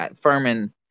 Furman –